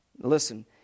Listen